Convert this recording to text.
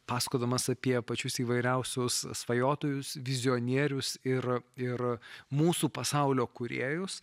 pasakodamas apie pačius įvairiausius svajotojus vizionierius ir ir mūsų pasaulio kūrėjus